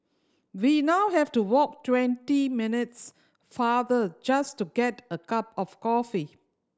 we now have to walk twenty minutes farther just to get a cup of coffee